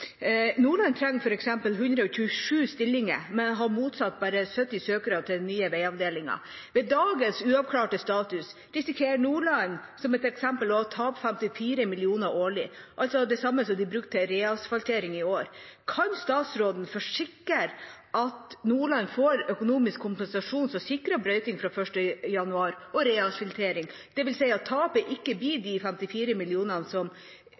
Nordland trenger f.eks. 127 stillinger, men har mottatt bare 70 søknader til den nye veiavdelingen. Med dagens uavklarte status risikerer Nordland, som et eksempel, å tape 54 mill. kr årlig, det samme som de har brukt til reasfaltering i år. Kan statsråden forsikre om at Nordland får økonomisk kompensasjon som sikrer brøyting fra 1. januar og reasfaltering, dvs. at tapet ikke blir de 54 millionene